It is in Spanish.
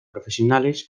profesionales